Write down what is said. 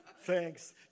Thanks